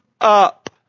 up